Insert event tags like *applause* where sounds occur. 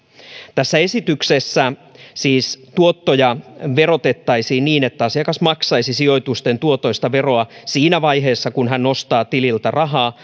tässä esityksessä siis tuottoja verotettaisiin niin että asiakas maksaisi sijoitusten tuotoista veroa siinä vaiheessa kun hän nostaa tililtä rahaa *unintelligible*